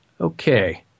Okay